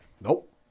Nope